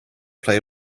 play